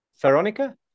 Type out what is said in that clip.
Veronica